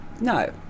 No